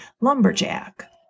lumberjack